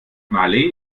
malé